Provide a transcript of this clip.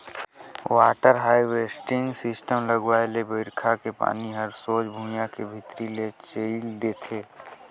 water harvesting system लगवाए ले बइरखा के पानी हर सोझ भुइयां के भीतरी मे चइल देथे